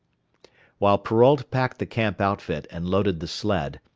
while perrault packed the camp outfit and loaded the sled,